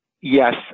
Yes